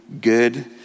good